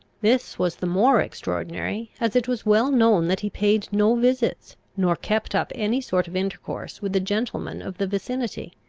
this was the more extraordinary, as it was well known that he paid no visits, nor kept up any sort of intercourse with the gentlemen of the vicinity.